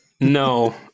No